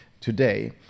today